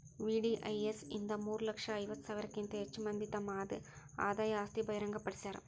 VDIS ಇಂದ ಮೂರ ಲಕ್ಷ ಐವತ್ತ ಸಾವಿರಕ್ಕಿಂತ ಹೆಚ್ ಮಂದಿ ತಮ್ ಆದಾಯ ಆಸ್ತಿ ಬಹಿರಂಗ್ ಪಡ್ಸ್ಯಾರ